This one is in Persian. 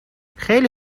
خیلی